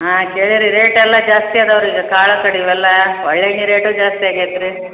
ಹಾಂ ಕೇಳಿರಿ ರೇಟ್ ಎಲ್ಲ ಜಾಸ್ತಿ ಅದಾವೆ ರೀ ಈಗ ಕಾಳುಕಡಿ ಇವೆಲ್ಲ ಒಳ್ಳೆಣ್ಣೆ ರೇಟು ಜಾಸ್ತಿ ಆಗ್ಯಾತೆ ರೀ